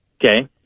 Okay